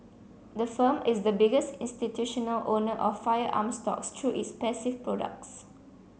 the firm is the biggest institutional owner of firearms stocks through its passive products